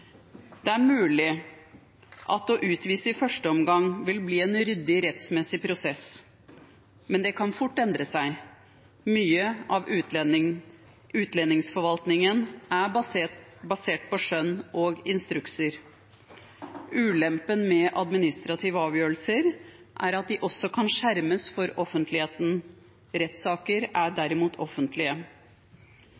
Det er mulig at å utvise i første omgang vil bli en ryddig rettsmessig prosess, men det kan fort endre seg. Mye av utlendingsforvaltningen er basert på skjønn og instrukser. Ulempen med administrative avgjørelser er at de også kan skjermes for offentligheten. Rettssaker er